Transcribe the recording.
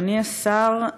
אדוני השר,